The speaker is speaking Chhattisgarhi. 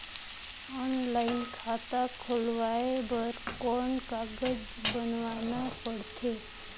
ऑनलाइन खाता खुलवाय बर कौन कागज बनवाना पड़थे?